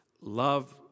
Love